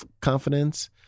confidence